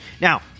Now